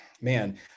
man